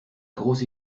grosse